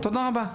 תודה רבה.